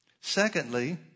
secondly